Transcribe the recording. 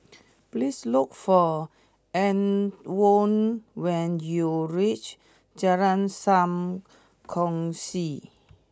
please look for Antwon when you reach Jalan Sam Kongsi